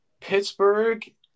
Pittsburgh